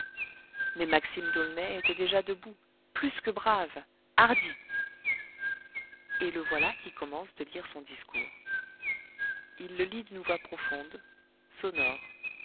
mais maxime d'aulnay était déjà debout plus que brave hardi et le voilà qui commence de lire son discours il le lit d'une voix profonde sonore